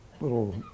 little